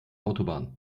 autobahn